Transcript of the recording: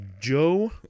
Joe